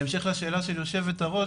בהמשך לשאלה של יושבת הראש